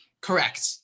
Correct